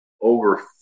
Over